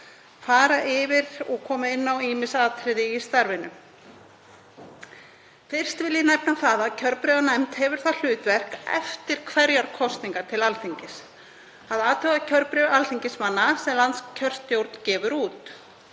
fara yfir og koma inn á ýmis atriði í starfinu. Fyrst vil ég nefna að kjörbréfanefnd hefur það hlutverk eftir hverjar kosningar til Alþingis að athuga kjörbréf alþingismanna sem landskjörstjórn gefur út.